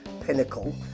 pinnacle